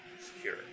secure